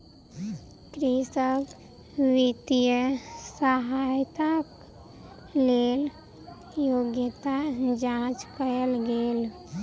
कृषक वित्तीय सहायताक लेल योग्यता जांच कयल गेल